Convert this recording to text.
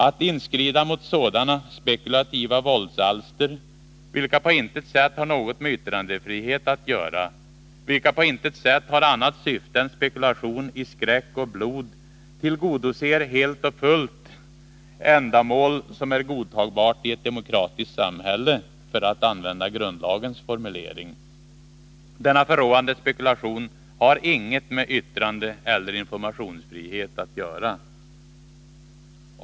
Att inskrida mot sådana spekulativa våldsalster, vilka på intet sätt har något med yttrandefrihet att göra och vilka på intet sätt har annat syfte än spekulation i skräck och blod, tillgodoser helt och fullt ”ändamål som är godtagbart i ett demokratiskt samhälle”, för att använda grundlagens formulering. Denna förråande spekulation har inget med yttrandeeller informationsfrihet att göra.